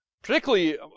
Particularly